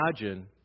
imagine